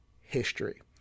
history